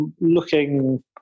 looking